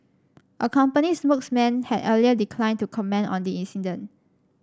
a company spokesman had earlier declined to comment on the incident